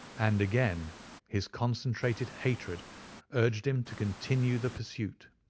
and again his concentrated hatred urged him to continue the pursuit.